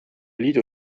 liidu